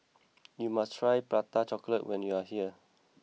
you must try Prata Chocolate when you are here